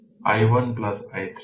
তাই Va Vb বসান এবং পাবেন 309 ভোল্ট